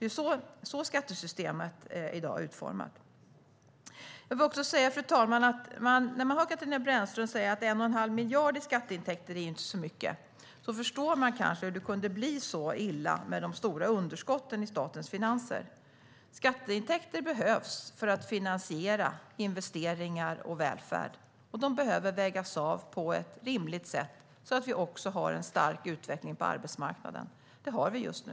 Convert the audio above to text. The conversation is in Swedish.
Det är så skattesystemet i dag är utformat. Fru talman! När man hör Katarina Brännström säga att 1 1⁄2 miljard i skatteintäkter inte är så mycket förstår man kanske hur det kunde bli så illa med de stora underskotten i statens finanser. Skatteintäkter behövs för att finansiera investeringar och välfärd. De behöver vägas av på ett rimligt sätt så att vi också har en stark utveckling på arbetsmarknaden. Det har vi just nu.